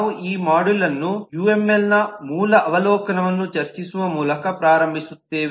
ನಾವು ಈ ಮಾಡ್ಯೂಲ್ ಅನ್ನು ಯುಎಂಎಲ್ನ ಮೂಲ ಅವಲೋಕನವನ್ನು ಚರ್ಚಿಸುವ ಮೂಲಕ ಪ್ರಾರಂಭಿಸುತ್ತೇವೆ